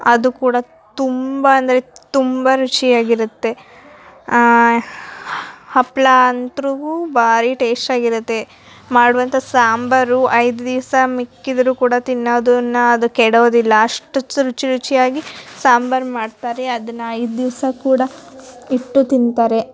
ಅದು ಕೂಡ ತುಂಬ ಅಂದರೆ ತುಂಬ ರುಚಿಯಾಗಿರುತ್ತೆ ಹಪ್ಳ ಅಂತ್ರೂ ಭಾರಿ ಟೇಸ್ಟಾಗಿರತ್ತೆ ಮಾಡುವಂಥ ಸಾಂಬರು ಐದು ದಿವಸ ಮಿಕ್ಕಿದ್ದರೂ ಕೂಡ ತಿನ್ನೋದನ್ನ ಅದು ಕೆಡೋದಿಲ್ಲ ಅಷ್ಟು ರುಚಿ ರುಚಿಯಾಗಿ ಸಾಂಬರು ಮಾಡ್ತಾರೆ ಅದನ್ನ ಐದು ದಿವಸ ಕೂಡ ಇಟ್ಟು ತಿಂತಾರೆ